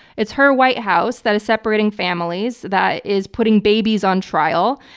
it's her white house that is separating families, that is putting babies on trial,